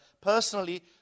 personally